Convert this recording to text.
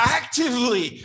actively